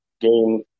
game